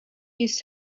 his